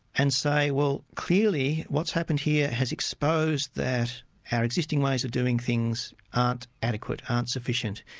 and say, well clearly, what's happened here has exposed that our existing ways of doing things aren't adequate, aren't sufficient.